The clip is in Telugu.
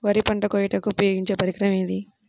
వరి పంట కోయుటకు ఉపయోగించే పరికరం ఏది?